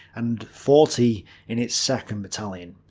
and forty in it's second battalion.